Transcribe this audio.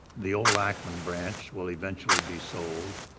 the old akcman branch will eventually be sold,